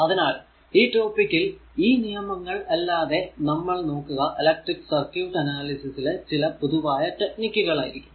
അതിനാൽ ഈ ടോപിക്കിൽ ഈ നിയമങ്ങൾ അല്ലാതെ നമ്മൾ നോക്കുക ഇലക്ട്രിക്ക് സർക്യൂട് അനാലിസിസ് ലെ ചില പൊതുവായ ടെക്നിക് കൾ ആയിരിക്കും